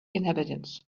inhabitants